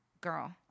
girl